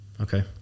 Okay